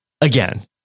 again